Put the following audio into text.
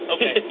Okay